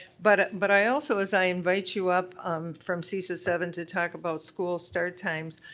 but but i also, as i invite you up from cesa seven to talk about school start times,